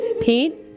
Pete